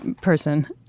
person